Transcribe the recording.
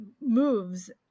moves